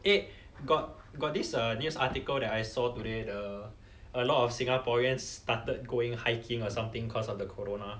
eh got got this err news article that I saw today the a lot of singaporeans started going hiking or something cause of the corona